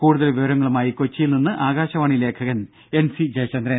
കൂടുതൽ വിവരങ്ങളുമായി കൊച്ചിയിൽ നിന്ന് ആകാശവാണി ലേഖകൻ എൻ സി ജയചന്ദ്രൻ